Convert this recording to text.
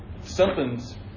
Something's